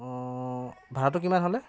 অঁ ভাৰাটো কিমান হ'লে